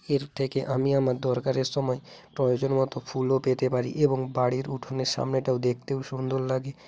এর থেকে আমি আমার দরকারের সময় প্রয়োজনমতো ফুলও পেতে পারি এবং বাড়ির উঠোনের সামনেটাও দেখতেও সুন্দর লাগে